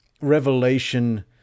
revelation